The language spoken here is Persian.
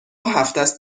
هفتست